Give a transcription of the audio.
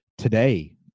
Today